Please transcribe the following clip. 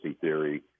theory